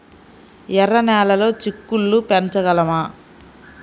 ఎర్ర నెలలో చిక్కుళ్ళు పెంచగలమా?